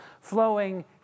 flowing